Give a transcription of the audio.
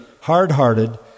hard-hearted